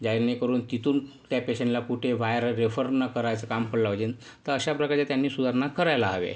ज्यानेकरून तिथून त्या पेशंटला कुठे बाहेर रेफर ना करायचं काम पडलं पाहिजे तर अशा प्रकारे त्यांनी सुधारणा करायला हवे